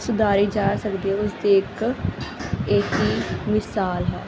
ਸੁਧਾਰੀ ਜਾ ਸਕਦੀ ਹੈ ਉਸ ਦੀ ਇੱਕ ਇਹੀ ਮਿਸਾਲ ਹੈ